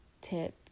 tip